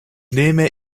nehme